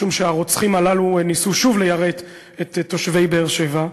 משום שהרוצחים הללו ניסו שוב ליירט את תושבי באר-שבע,